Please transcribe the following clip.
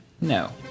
no